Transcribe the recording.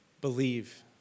believe